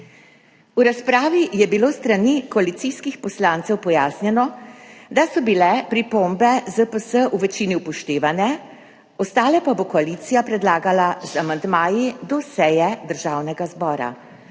V razpravi je bilo s strani koalicijskih poslancev pojasnjeno, da so bile pripombe ZPS v večini upoštevane, ostale pa bo koalicija predlagala z amandmaji do seje Državnega zbora.